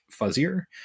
fuzzier